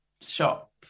shop